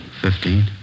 Fifteen